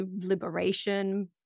liberation